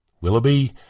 Willoughby